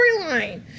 storyline